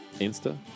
Insta